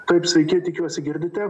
taip sveiki tikiuosi girdite